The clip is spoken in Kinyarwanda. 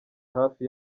hafi